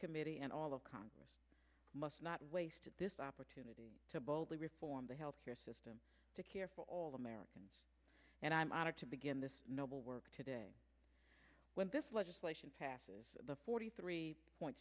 committee and all of congress must not waste this opportunity to boldly reform the health care system to care for all americans and i'm honored to begin this noble work today when this legislation passes the forty three point